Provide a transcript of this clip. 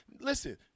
listen